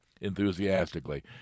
enthusiastically